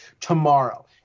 tomorrow